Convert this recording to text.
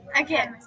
Okay